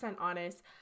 honest